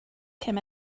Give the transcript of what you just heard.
came